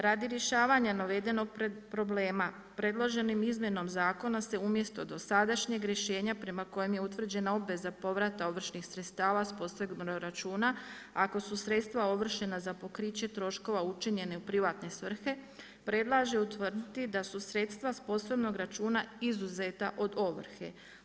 Radi rješavanja navedenog problema predloženom izmjenom zakona se umjesto dosadašnjeg rješenje prema kojem je utvrđena obveza povrata ovršnih sredstava s posebnog računa ako su sredstva ovršena za pokriće troškova učinjeni u privatne svrhe, predlaže utvrditi da su sredstva s posebnog računa izuzeta od ovrhe.